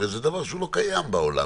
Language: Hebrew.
הרי זה דבר שלא קיים בעולם,